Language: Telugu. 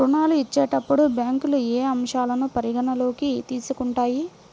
ఋణాలు ఇచ్చేటప్పుడు బ్యాంకులు ఏ అంశాలను పరిగణలోకి తీసుకుంటాయి?